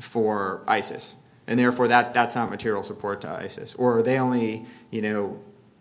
for isis and therefore that that's on material support isis or they only you know